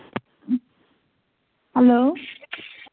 hello